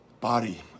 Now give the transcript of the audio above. body